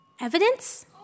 Evidence